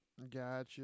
Gotcha